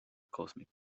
cosmic